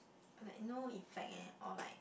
like no effect eh or like